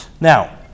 Now